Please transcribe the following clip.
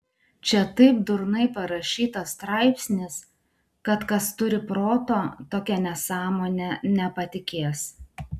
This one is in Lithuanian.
čia taip durnai parašytas straipsnis kad kas turi proto tokia nesąmone nepatikės